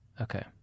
Okay